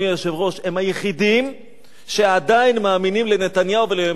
הם היחידים שעדיין מאמינים לנתניהו ולממשלת הליכוד.